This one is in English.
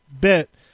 bit